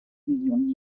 millionen